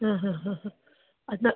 ആ ഹാ ഹാ ഹാ അന്ന്